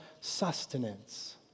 sustenance